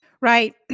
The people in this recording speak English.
Right